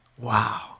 Wow